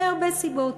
מהרבה סיבות.